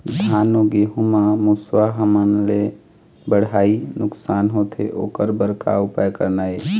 धान अउ गेहूं म मुसवा हमन ले बड़हाए नुकसान होथे ओकर बर का उपाय करना ये?